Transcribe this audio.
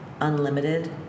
unlimited